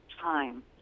time